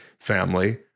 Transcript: family